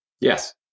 Yes